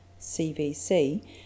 CVC